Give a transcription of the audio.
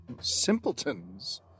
simpletons